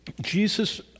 Jesus